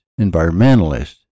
environmentalists